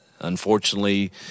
unfortunately